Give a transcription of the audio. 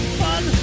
fun